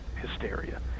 hysteria